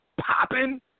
popping